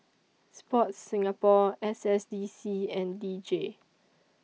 Sports Singapore S S D C and D J